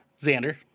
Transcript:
Xander